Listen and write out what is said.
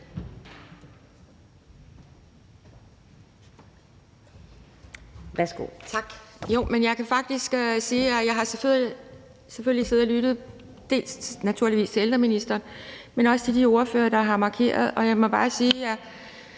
(DF): Tak. Jeg kan faktisk sige, at jeg selvfølgelig har siddet og lyttet naturligvis dels til ældreministeren, dels til de ordførere, der har markeret, og jeg må bare sige, at